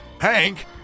Hank